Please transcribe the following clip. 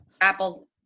Apple